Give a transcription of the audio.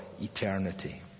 eternity